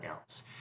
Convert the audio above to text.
else